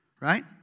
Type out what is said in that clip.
right